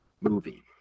movie